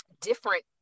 different